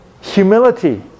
humility